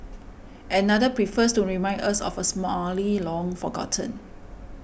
another prefers to remind us of a simile long forgotten